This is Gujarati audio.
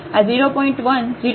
1 0